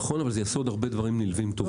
נכון, אבל זה יעשה עוד הרבה דברים טובים נלווים.